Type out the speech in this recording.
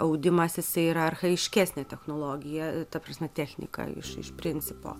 audimas jisai yra archajiškesnė technologija ta prasme technika iš iš principo